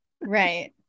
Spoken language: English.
right